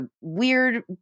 weird